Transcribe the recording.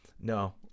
No